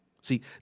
See